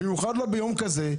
במיוחד לא ביום כזה,